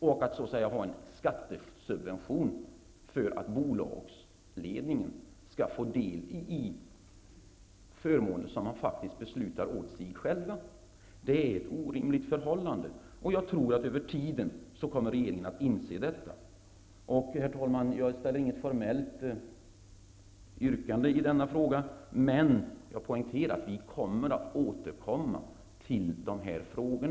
Det handlar ju om en skattesubvention för att bolagsledningen skall få del av förmåner som man faktiskt själv beslutar att man skall ha. Det förhållandet är orimligt. Jag tror att regeringen med tiden kommer att inse detta. Herr talman! Jag framställer inte något formellt yrkande i denna fråga. Men jag poängterar att vi återkommer till dessa saker.